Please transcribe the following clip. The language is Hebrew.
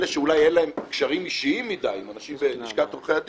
אלה שאולי אין להם קשרים אישיים מדי עם אנשים בלשכת עורכי הדין,